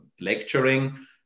lecturing